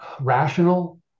rational